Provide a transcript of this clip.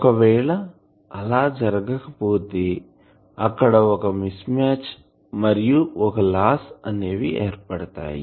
ఒకవేళ ఆలా జరగకపోతే అక్కడ ఒక మిస్సామచ్ మరియు ఒక లాస్ అనేవి ఏర్పడతాయి